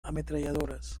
ametralladoras